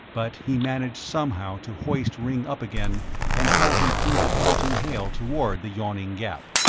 but he managed somehow to hoist ringg up again and haul him through the pelting hail toward the yawning gap.